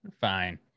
fine